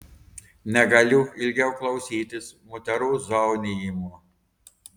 negaliu ilgiau klausytis moterų zaunijimo